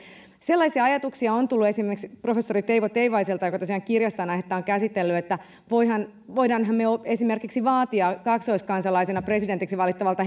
sellaisia ajatuksia on tullut esimerkiksi professori teivo teivaiselta joka tosiaan kirjassaan aihetta on käsitellyt että voimmehan me esimerkiksi vaatia kaksoiskansalaisena presidentiksi valittavalta